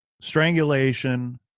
strangulation